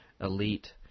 elite